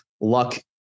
Luck